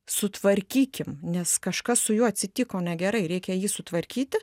sutvarkykim nes kažkas su juo atsitiko negerai reikia jį sutvarkyti